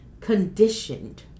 conditioned